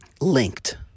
linked